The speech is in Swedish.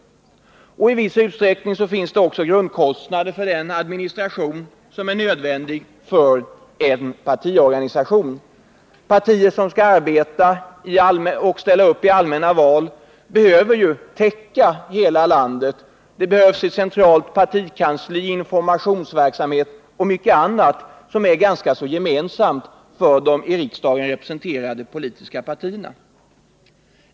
I viss utsträckning finns det också grundkostnader för den administration som är nödvändig för en partiorganisation. Partier som skall ställa upp i allmänna val behöver ju täcka hela landet. Det behövs ett centralt partikansli, informationsverksamhet och mycket annat som är gemensamt för de i riksdagen representerade partierna.